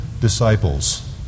disciples